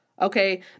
Okay